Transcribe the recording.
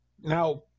now